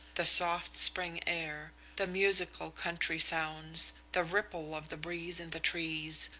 the soft spring air, the musical country sounds, the ripple of the breeze in the trees,